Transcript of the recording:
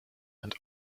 and